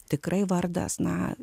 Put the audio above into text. tikrai vardas na